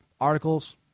Articles